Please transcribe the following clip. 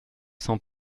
cents